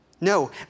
No